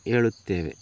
ಹೇಳುತ್ತೇವೆ